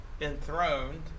enthroned